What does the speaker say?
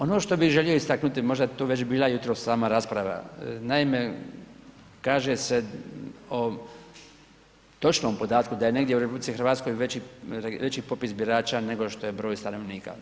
Ono što bih želio istaknuti, možda je to već bila sama rasprava, naime, kaže se o točnom podatku da je negdje u RH veći, veći popis birača nego što je broj stanovnika.